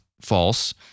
false